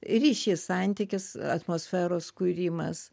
ryšys santykis atmosferos kūrimas